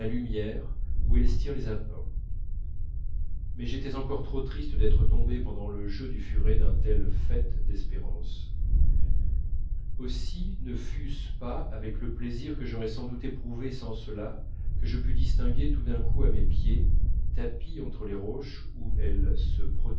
lumière où elstir les a peints mais j'étais encore trop triste d'être tombé pendant le jeu du furet d'un tel faîte d'espérances aussi ne fût-ce pas avec le plaisir que j'aurais sans doute éprouvé que je pus distinguer tout d'un coup à mes pieds tapies entre les roches où elles se